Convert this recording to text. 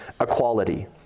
equality